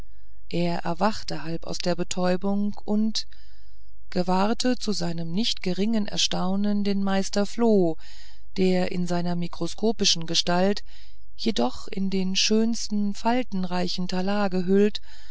er erwachte halb aus der betäubung und gewahrte zu seinem nicht geringen erstaunen den meister floh der in seiner mikroskopischen gestalt jedoch in den schönsten faltenreichen talar gehüllt